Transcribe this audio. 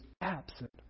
absent